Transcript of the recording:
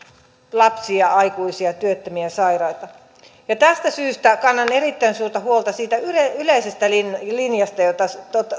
lapsia aikuisia työttömiä ja sairaita tästä syystä kannan erittäin suurta huolta siitä yleisestä linjasta jota